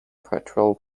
patrol